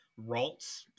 Ralts